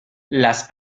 las